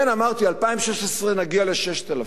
אמרתי שב-2016 נגיע ל-6,000.